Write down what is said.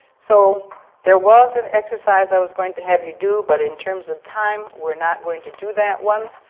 so there was an exercise i was going to have you do, but in terms of time, we're not going to do that one.